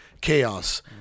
chaos